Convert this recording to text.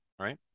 right